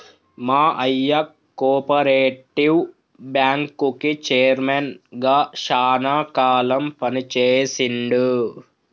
మా అయ్య కోపరేటివ్ బ్యాంకుకి చైర్మన్ గా శానా కాలం పని చేశిండు